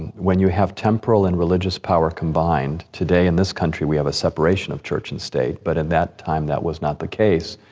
when you have temporal and religious power combined, today in this country we have a separation of church and state, but in that time that was not the case,